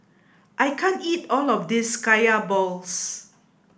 I can't eat all of this kaya balls